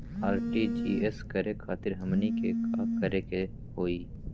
RTGS करे खातीर हमनी के का करे के हो ई?